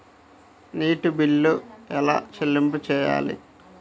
నీటి బిల్లు ఎలా చెల్లింపు చేయాలి?